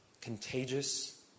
contagious